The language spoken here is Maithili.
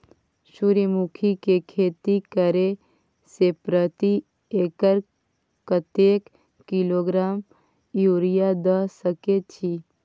सूर्यमुखी के खेती करे से प्रति एकर कतेक किलोग्राम यूरिया द सके छी?